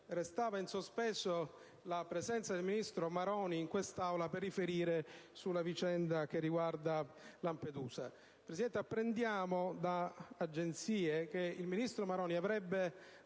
Restava in sospeso la presenza del ministro Maroni in quest'Aula per riferire sulla vicenda che riguarda Lampedusa. Apprendiamo da agenzie che il ministro Maroni avrebbe